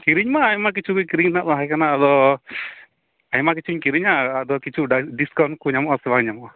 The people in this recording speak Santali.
ᱠᱤᱨᱤᱧ ᱢᱟ ᱟᱭᱢᱟ ᱠᱤᱪᱷᱩ ᱜᱮ ᱠᱤᱨᱤᱧ ᱨᱮᱱᱟᱜ ᱛᱟᱦᱮᱸ ᱠᱟᱱᱟ ᱟᱫᱚ ᱟᱭᱢᱟ ᱠᱤᱪᱷᱩᱧ ᱠᱤᱨᱤᱧᱟ ᱟᱫᱚ ᱠᱤᱪᱷᱩ ᱰᱟ ᱰᱤᱥᱠᱟᱣᱩᱱᱴ ᱠᱚ ᱧᱟᱢᱚᱜᱼᱟᱥᱮ ᱵᱟᱝ ᱧᱟᱢᱚᱜᱼᱟ